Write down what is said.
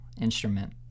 instrument